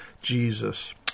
Jesus